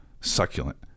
succulent